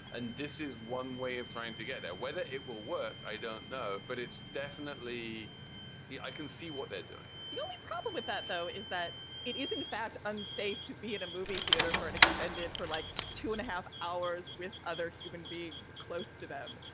and this is one way of trying to get there. whether it will work, i don't know. but it's definitely i can see what they're doing the only problem with that, though, is that it is, in fact unsafe to be in a movie theater for an extended for like two and a half hours with other human beings close to them.